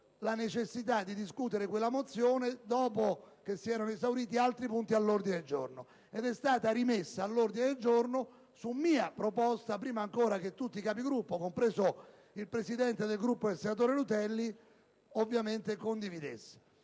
la necessità di discuterla dopo che si erano esauriti altri punti all'ordine del giorno, e la mozione è stata rimessa all'ordine del giorno su mia proposta, prima ancora che tutti i Capigruppo, compreso il presidente del Gruppo del senatore Rutelli, ovviamente condividessero.